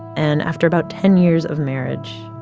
and after about ten years of marriage,